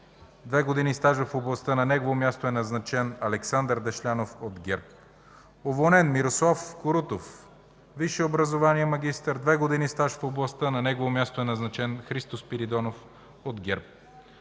две години стаж в областта, на негово място е назначен Александър Дешлянов от ГЕРБ. Уволнен: Мирослав Корутов. Висше образование магистър, две години стаж в областта, на негово място е назначен Христо Спиридонов от ГЕРБ.